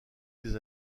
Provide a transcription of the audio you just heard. des